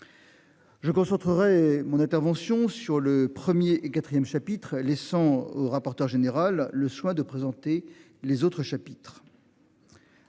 Je concentrerai mon intervention sur le 1er et 4ème chapitre laissant rapporteur général le soin de présenter les autres chapitres.